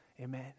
Amen